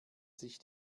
sich